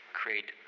create